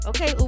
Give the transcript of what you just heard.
Okay